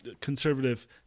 conservative